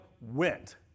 went